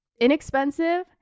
inexpensive